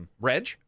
Reg